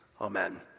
Amen